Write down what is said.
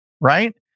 right